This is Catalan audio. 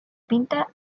pinta